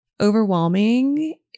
overwhelming